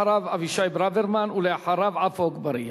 אחריו, אבישי ברוורמן, ולאחריו, עפו אגבאריה.